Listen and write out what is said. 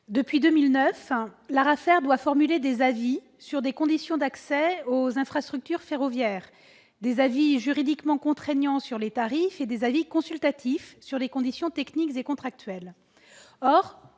Depuis 2009, l'ARAFER doit formuler des avis sur les conditions d'accès aux infrastructures ferroviaires : des avis juridiquement contraignants sur les tarifs et des avis consultatifs sur les conditions techniques et contractuelles.